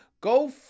go